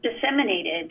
disseminated